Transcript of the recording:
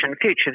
future